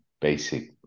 basic